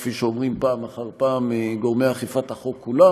כפי שאומרים פעם אחר פעם גורמי אכיפת החוק כולם.